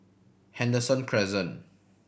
Henderson Crescent